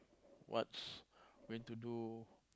what's going to do